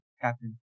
Captain